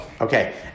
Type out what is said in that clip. Okay